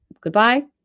Goodbye